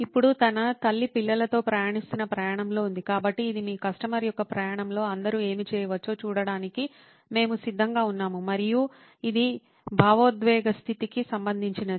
ఇప్పుడు ఇది తల్లి పిల్లలతో ప్రయాణిస్తున్న ప్రయాణంలో ఉంది కాబట్టి ఇది మీ కస్టమర్ యొక్క ప్రయాణంలో అందరూ ఏమి చేయవచ్చో చూడటానికి మేము సిద్ధంగా ఉన్నాము మరియు ఇది భావోద్వేగ స్థితికి సంబంధించినది